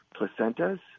placentas